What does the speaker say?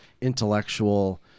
intellectual